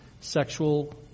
sexual